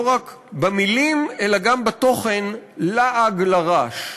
לא רק במילים אלא גם בתוכן, לעג לרש.